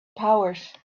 powers